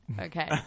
Okay